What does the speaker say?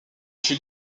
fut